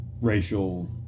racial